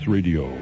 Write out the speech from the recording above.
Radio